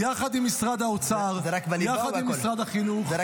זה רק בליבה או בכל המקצועות?